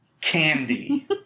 Candy